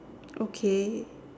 okay